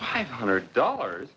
five hundred dollars